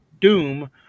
Doom